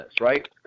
right